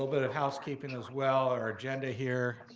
bit of housekeeping as well. our agenda here,